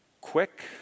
quick